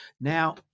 Now